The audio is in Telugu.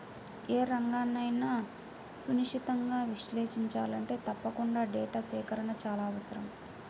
ఏ రంగన్నైనా సునిశితంగా విశ్లేషించాలంటే తప్పకుండా డేటా సేకరణ చాలా అవసరం